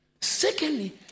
Secondly